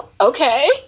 Okay